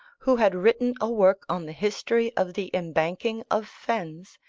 who had written a work on the history of the embanking of fens,